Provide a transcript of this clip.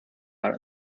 out